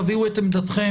תביאו את עמדתכם.